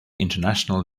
international